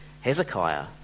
hezekiah